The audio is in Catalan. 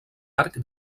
arc